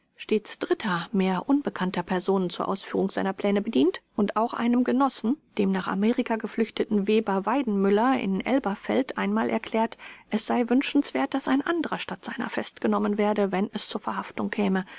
stets dritter mehr unbekannter personen zur ausführung seiner pläne bedient und auch einem genossen dem nach amerika geflüchteten weber weidenmüller in elberfeld einmal erklärt es sei wünschenswert daß ein anderer statt seiner festgenommen werde wenn es zur verhaftung käme